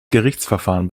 gerichtsverfahren